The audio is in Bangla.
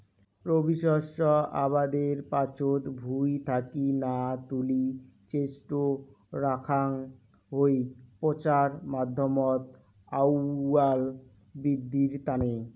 রবি শস্য আবাদের পাচত ভুঁই থাকি না তুলি সেজটো রাখাং হই পচার মাধ্যমত আউয়াল বিদ্ধির তানে